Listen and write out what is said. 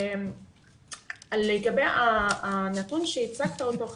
לגבי הנתון שהצגת אותו,